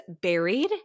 buried